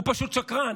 הוא פשוט שקרן.